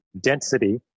density